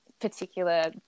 particular